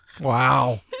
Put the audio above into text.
Wow